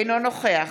אינו נוכח